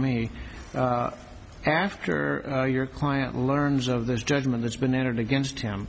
me after your client learns of this judgment has been entered against him